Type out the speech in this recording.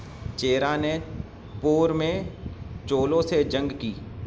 چیرا نے پور میں چولو سے جنگ کی